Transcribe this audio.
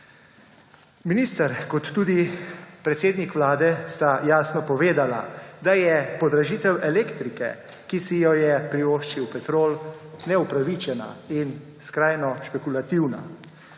Minister in tudi predsednik Vlade sta jasno povedala, da je podražitev elektrike, ki si jo je privoščil Petrol, neupravičena in skrajno špekulativna.